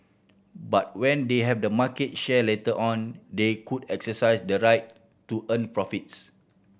but when they have the market share later on they could exercise the right to earn profits